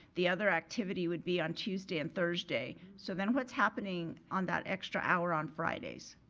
the other activity would be on tuesday and thursday. so then what's happening on that extra hour on fridays?